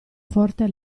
forte